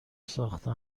ساخته